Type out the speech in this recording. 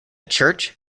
church